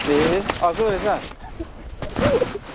ए अर्कै पो रहेछ